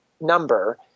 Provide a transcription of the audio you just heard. number